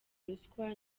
ruswa